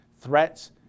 threats